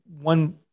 one